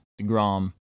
DeGrom